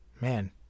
man